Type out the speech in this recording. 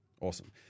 Awesome